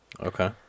okay